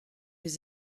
eus